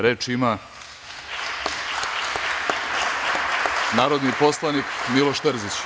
Reč ima narodni poslanik Miloš Terzić.